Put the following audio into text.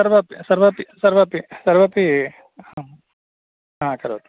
सर्वापि सर्वापि सर्वापि सर्वापि अहं ह करोमि